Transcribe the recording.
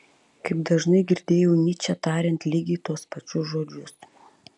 kaip dažnai girdėjau nyčę tariant lygiai tuos pačius žodžius